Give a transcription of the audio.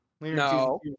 No